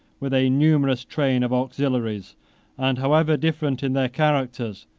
with a numerous train of auxiliaries and however different in their characters,